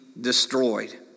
destroyed